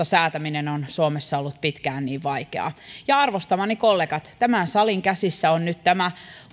säätäminen on suomessa ollut pitkään niin vaikeaa arvostamani kollegat tämän salin käsissä on nyt tämä